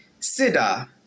Sida